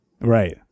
right